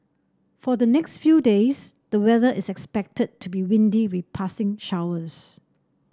for the next few days the weather is expected to be windy with passing showers